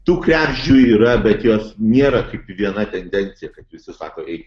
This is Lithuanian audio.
tų kregždžių yra bet jos nėra kaip viena tendencija kad visi sako eik